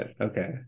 Okay